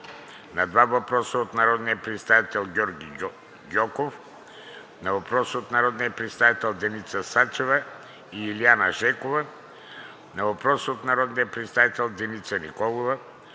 на два въпроса от народния представител Георги Гьоков; на въпрос от народните представители Деница Сачева и Илиана Жекова; на въпрос от народния представител Деница Николова;